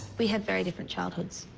we had very different childhoods.